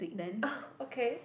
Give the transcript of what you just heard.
oh okay